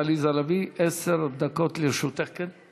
22 בעד, אין מתנגדים ואין נמנעים.